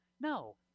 no